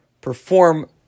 perform